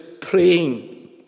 praying